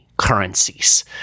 Currencies